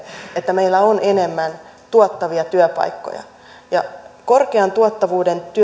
että meillä on enemmän tuottavia työpaikkoja korkean tuottavuuden